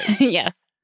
Yes